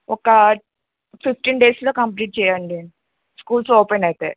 ఒక ఫిఫ్టీన్ డేస్లో కంప్లీట్ చెయ్యండి స్కూల్స్ ఓపెన్ అవుతాయయి